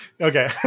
Okay